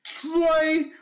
Troy